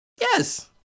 Yes